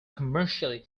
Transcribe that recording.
commercially